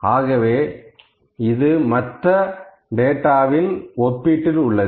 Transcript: ஆகவே இது மற்ற டேட்டாவில் ஒப்பீட்டில் உள்ளது